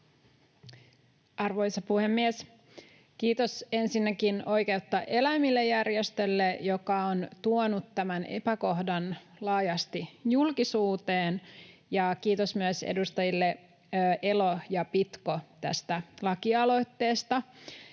Arvoisa puhemies! Kiitos ensinnäkin Oikeutta eläimille ‑järjestölle, joka on tuonut tämän epäkohdan laajasti julkisuuteen, ja kiitos myös edustajille Elo ja Pitko tästä lakialoitteesta.